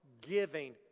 giving